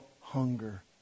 hunger